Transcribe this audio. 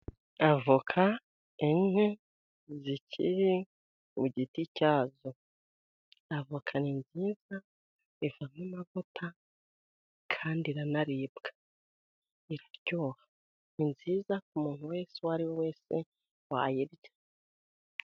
Avoka enye zikiri ku giti cyazo ,avoka ni nziza ivamo amavuta ,kandi iranaribwa, iryoha ni nziza ku muntu wese uwo ari we wese wayirya.